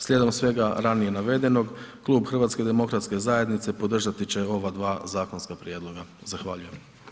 Slijedom svega ranije navedenog, klub HDZ-a podržati će ova dva zakonska prijedloga, zahvaljujem.